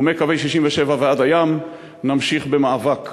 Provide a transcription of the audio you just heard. ומקווי 67' ועד הים נמשיך במאבק.